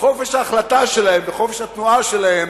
הארורה הזאת,